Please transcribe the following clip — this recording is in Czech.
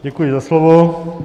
Děkuji za slovo.